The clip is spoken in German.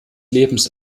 lebens